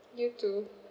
you too